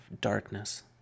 darkness